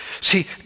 See